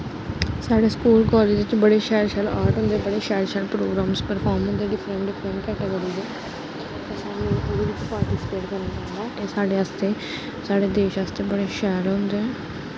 साढ़े sport college च बड़े शैल शैल आर्ट होंदे बड़े शैल शैल प्रोग्राम परफाम होंदे डिफरैंट डिफरैंट कैटागिरी दे अस ओह्दे बिच्च पार्टिसिपेट करना साढ़े आस्तै साढ़े देश आस्तै बड़ा शैल होंदा ऐ